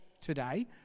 today